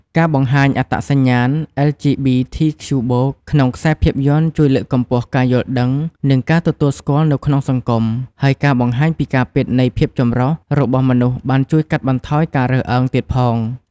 ការបង្ហាញអត្តសញ្ញាណ អិល ជី ប៊ី ធី ខ្ជូ បូក (LGBTQ+) ក្នុងខ្សែភាពយន្តជួយលើកកម្ពស់ការយល់ដឹង និងការទទួលស្គាល់នៅក្នុងសង្គម ហើយការបង្ហាញពីការពិតនៃភាពចម្រុះរបស់មនុស្សបានជួយកាត់បន្ថយការរើសអើងទៀតផង។